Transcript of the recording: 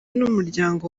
n’umuryango